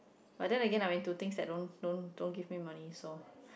but then Again I mean to think that don't don't don't give me money so